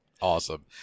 Awesome